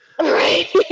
right